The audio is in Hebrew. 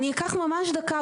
אני אקח ממש דקה,